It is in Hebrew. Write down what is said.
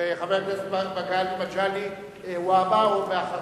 חבר הכנסת מגלי והבה, ולאחריו,